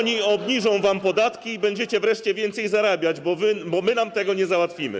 Oni obniżą wam podatki i będziecie wreszcie więcej zarabiać, bo my wam tego nie załatwimy.